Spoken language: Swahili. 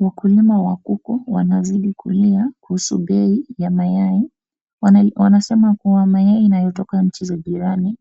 Wakulima wa kuku wanazidi kulia kuhusu bei ya mayai. Wanasema kuwa mayai inayotoka nchi za jirani